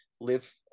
live